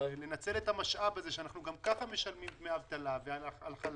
יצאה תכנית של ראש הממשלה ושל שר האוצר שמגיעה לישיבת ממשלה היום ואחר